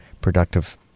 productive